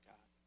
God